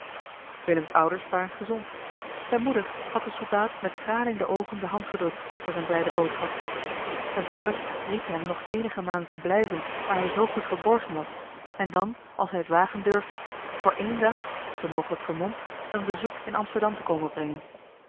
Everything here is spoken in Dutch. willems ouders waren gezond zijne moeder had den soldaat met tranen in de oogen de hand gedrukt voor zijne blijde boodschap zijn vader ried hem nog eenige maanden te blijven waar hij zoo goed verborgen was en dan als hij het wagen durfde voor één dag zoo mogelijk vermomd een bezoek in amsterdam te komen brengen